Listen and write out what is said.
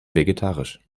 vegetarisch